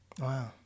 wow